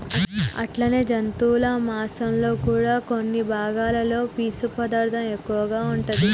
అట్లనే జంతువుల మాంసంలో కూడా కొన్ని భాగాలలో పీసు పదార్థం ఎక్కువగా ఉంటాది